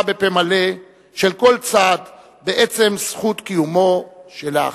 בפה מלא של כל צד בעצם זכות קיומו של האחר.